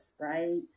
right